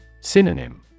Synonym